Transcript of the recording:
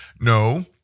No